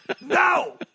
No